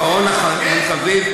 אחרון-אחרון חביב,